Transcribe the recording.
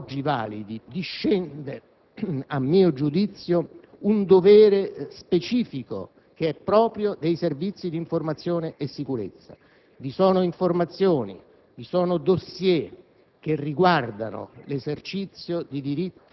Cari colleghi, da questi princìpi ancora oggi validi discende, a mio giudizio, un dovere specifico, che è proprio dei Servizi di informazione e sicurezza: vi sono informazioni, vi sono *dossier*